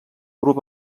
grup